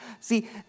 See